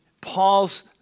Paul's